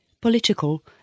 political